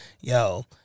Yo